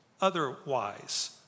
otherwise